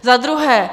Za druhé.